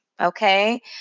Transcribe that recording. Okay